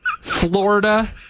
Florida